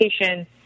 education